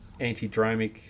antidromic